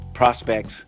Prospects